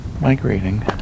migrating